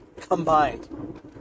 combined